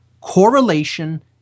correlation